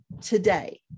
today